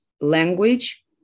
language